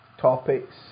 topics